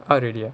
out already ah